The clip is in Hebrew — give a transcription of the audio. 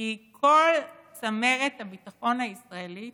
כי כל צמרת הביטחון הישראלית